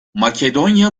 makedonya